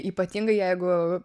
ypatingai jeigu